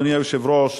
אדוני היושב-ראש,